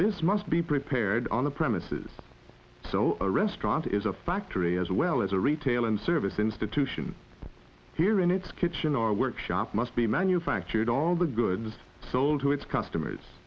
this must be prepared on the premises so a restaurant is a factory as well as a retail and service institution here in its kitchen or workshop must be manufactured all the goods sold to its customers